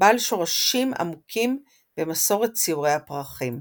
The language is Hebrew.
בעל שורשים עמוקים במסורת ציורי הפרחים.